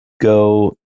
go